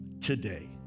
today